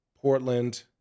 Portland